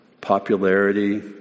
popularity